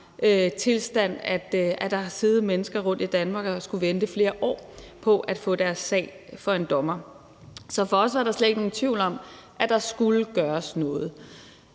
tilstand, at der har siddet mennesker rundtomkring i Danmark og har skullet vente flere år på at få deres sag for en dommer. Så for os er der slet ikke nogen tvivl om, at der skulle gøres noget.